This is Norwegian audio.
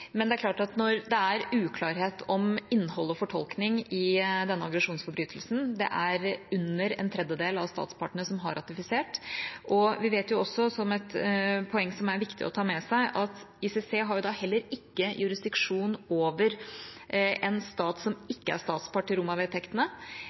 Men når det er uklarhet om innhold og fortolkning i denne aggresjonsforbrytelsen, når det er under én tredjedel av statspartene som har ratifisert, når vi vet – noe som er et poeng som er viktig å ta med seg – at ICC ikke har jurisdiksjon over en stat som ikke er statspart til Roma-vedtektene, og heller ikke jurisdiksjon over en aggresjonshandling som